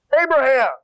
Abraham